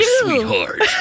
sweetheart